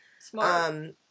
Smart